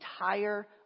entire